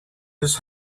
his